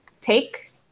take